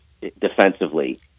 defensively